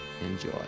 Enjoy